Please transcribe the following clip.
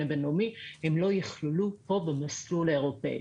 הבינלאומי הם לא ייכללו פה במסלול האירופאי,